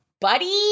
buddy